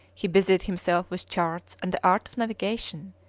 he busied himself with charts and the art of navigation.